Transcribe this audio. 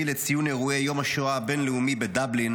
לציון אירועי יום השואה הבין-לאומי בדבלין